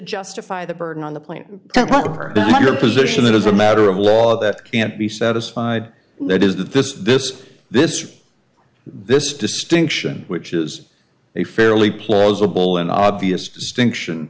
justify the burden on the plane your position it is a matter of law that can't be satisfied let is that this this this or this distinction which is a fairly plausible and obvious distinction